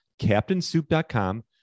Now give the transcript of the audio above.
CaptainSoup.com